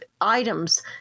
items